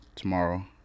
tomorrow